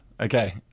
Okay